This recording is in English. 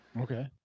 Okay